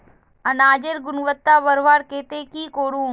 अनाजेर गुणवत्ता बढ़वार केते की करूम?